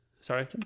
Sorry